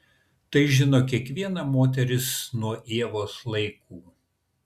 tai žino kiekviena moteris nuo ievos laikų